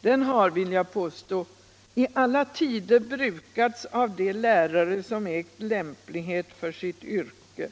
Den har -— vill jag påstå — i alla tider brukats av de lärare 101 som ägt lämplighet för sitt yrke.